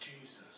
Jesus